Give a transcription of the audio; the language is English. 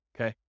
Okay